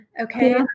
okay